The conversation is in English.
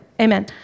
Amen